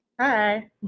Hi